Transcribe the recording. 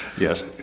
Yes